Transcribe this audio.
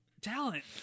talent